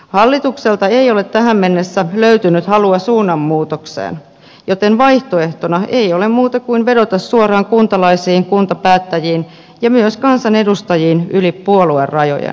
hallitukselta ei ole tähän mennessä löytynyt halua suunnanmuutokseen joten vaihtoehtona ei ole muuta kuin vedota suoraan kuntalaisiin kuntapäättäjiin ja myös kansanedustajiin yli puoluerajojen